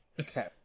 Okay